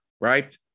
Right